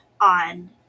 on